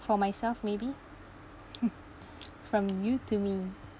for myself maybe from you to me